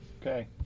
Okay